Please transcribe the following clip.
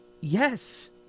Yes